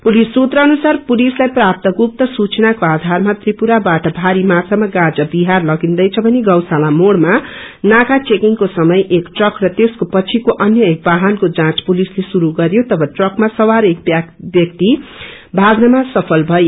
police सुत्र अनुसार पुलिसलाई प्राप्त गुप्त सूचनाको आधारमा त्रिपुराबाट भारी मात्राामा गाँजा विहार लगिन्दैछ भनी गौशाला मोड़मा नाका चेकिङको समय एक ट्रक र त्यसको पछिको अन्य एक वाहनको जाँच पुलिसले श्रुरू गर्यो तब ट्रकमा सवार एक व्याक्ति भाग्नमा सुल भए